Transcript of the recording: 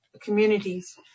communities